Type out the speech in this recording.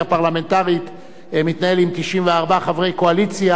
הפרלמנטרית מתנהלים עם 94 חברי קואליציה,